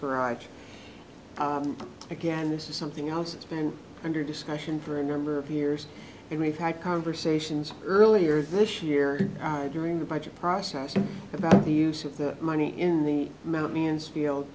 cried again this is something else that's been under discussion for a number of years and we've had conversations earlier this year during the budget process about the use of the money in the mt mansfield